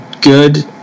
good